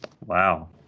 Wow